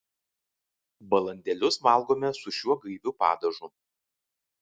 balandėlius valgome su šiuo gaiviu padažu